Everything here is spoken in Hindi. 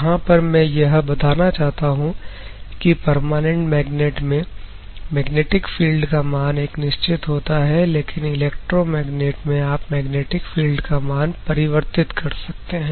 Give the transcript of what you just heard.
तो यहां पर मैं यह बताना चाहता हूं कि परमानेंट मैग्नेट में मैग्नेटिक फील्ड का मान एक निश्चित होता है लेकिन इलेक्ट्रोमैग्नेट में आप मैग्नेटिक फील्ड का मान परिवर्तित कर सकते हैं